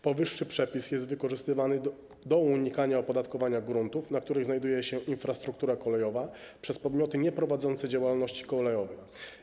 Powyższy przepis jest wykorzystywany do unikania opodatkowania gruntów, na których znajduje się infrastruktura kolejowa, przez podmioty nieprowadzące działalności kolejowej.